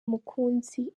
mukunzi